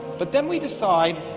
but then we decide